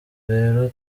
rero